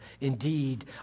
indeed